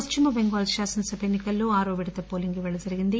పశ్చిమ బెంగాల్లో శాసనసభ ఎన్ని కల్లో ఆరో విడత పోలింగ్ ఈ రోజు జరిగింది